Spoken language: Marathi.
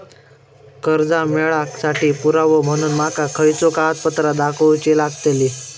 कर्जा मेळाक साठी पुरावो म्हणून माका खयचो कागदपत्र दाखवुची लागतली?